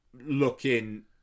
looking